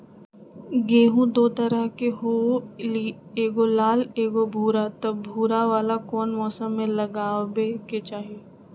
गेंहू दो तरह के होअ ली एगो लाल एगो भूरा त भूरा वाला कौन मौसम मे लगाबे के चाहि?